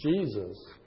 Jesus